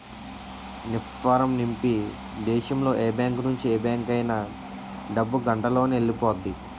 NEFT form నింపి దేశంలో ఏ బ్యాంకు నుంచి ఏ బ్యాంక్ అయినా డబ్బు గంటలోనెల్లిపొద్ది